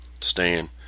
stand